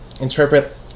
interpret